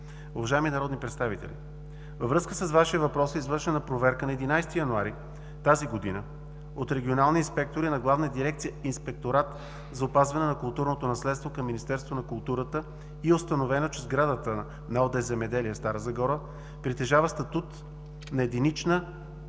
Уважаеми народни представители, във връзка с вашия въпрос е извършена проверка на 11 януари 2018 г. от регионални инспектори на Главна дирекция „Инспекторат за опазване на културното наследство“ към Министерството на културата и е установено, че сградата на ОД „Земеделие“ – Стара Загора, притежава статут на единична